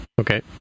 Okay